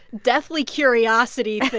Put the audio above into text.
deathly curiosity thing.